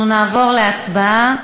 אנחנו נעבור להצבעה.